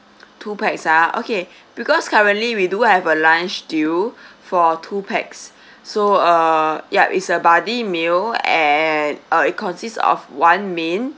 two pax uh okay because currently we do have a lunch deal for two pax so uh yup is a buddy meal and uh it consists of one main